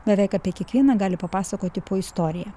beveik apie kiekvieną gali papasakoti istoriją